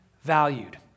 valued